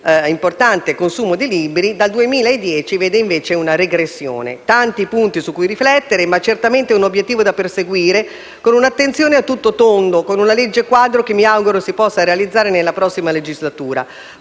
importante consumo di libri e che dal 2010 conosce invece una regressione. Tanti i punti su cui riflettere, ma certamente un obiettivo da perseguire con un'attenzione a tutto tondo: una legge quadro che mi auguro si possa realizzare nella prossima legislatura,